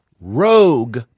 Rogue